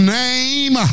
name